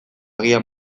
agian